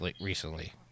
recently